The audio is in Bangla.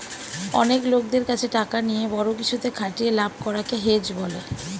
অনেক লোকদের কাছে টাকা নিয়ে বড়ো কিছুতে খাটিয়ে লাভ করা কে হেজ বলে